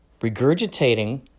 regurgitating